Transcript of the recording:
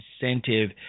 incentive